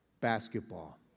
basketball